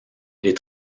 les